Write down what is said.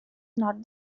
not